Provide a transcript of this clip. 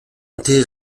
été